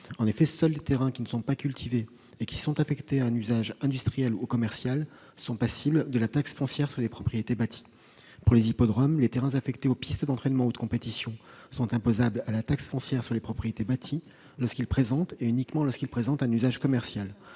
En effet, seuls les terrains qui ne sont pas cultivés et qui sont affectés à un usage industriel ou commercial sont soumis à la taxe foncière sur les propriétés bâties. Pour les hippodromes, les terrains affectés aux pistes d'entraînement ou de compétition sont imposables à la taxe foncière sur les propriétés bâties uniquement lorsqu'ils présentent un usage commercial.